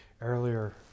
earlier